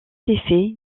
effet